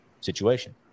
situation